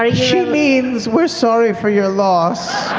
she means we're sorry for your loss.